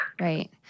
Right